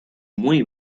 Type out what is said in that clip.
muy